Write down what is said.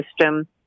system